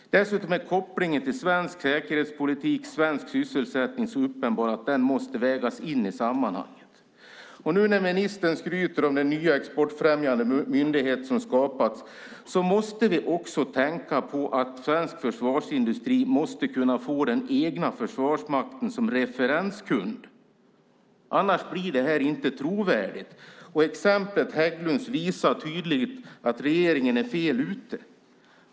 Dessutom är kopplingen till svensk säkerhetspolitik och svensk sysselsättning så uppenbar att den måste vägas in i sammanhanget. Nu när ministern skryter om den nya exportfrämjande myndighet som skapats måste vi också tänka på att svensk försvarsindustri måste kunna få den egna försvarsmakten som referenskund. Annars blir det inte trovärdigt. Exemplet Hägglunds visar tydligt att regeringen är fel ute.